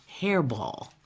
hairball